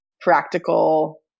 practical